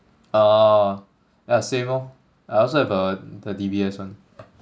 orh yeah same lor I also have a the D_B_S one